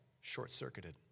short-circuited